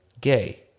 gay